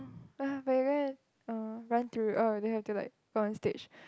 ah back then uh run through oh they have to like go on stage